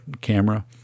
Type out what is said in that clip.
camera